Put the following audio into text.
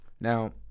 Now